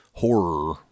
horror